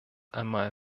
einmal